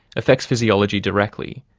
affects physiology directly,